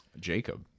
Jacob